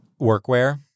workwear